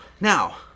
Now